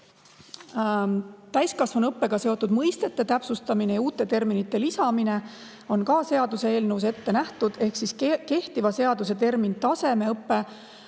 Täiskasvanuõppega seotud mõistete täpsustamine ja uute terminite lisamine on ka seaduseelnõus ette nähtud. Kehtiva seaduse termin "tasemeõpe"